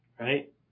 right